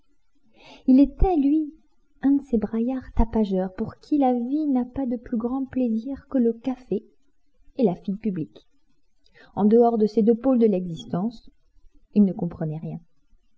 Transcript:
il était lui un de ces braillards tapageurs pour qui la vie n'a pas de plus grands plaisirs que le café et la fille publique en dehors de ces deux pôles de l'existence il ne comprenait rien